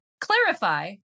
clarify